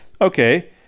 okay